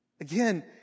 Again